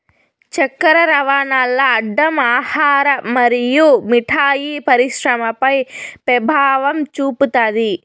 చక్కర రవాణాల్ల అడ్డం ఆహార మరియు మిఠాయి పరిశ్రమపై పెభావం చూపుతాది